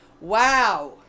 Wow